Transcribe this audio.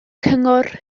cyngor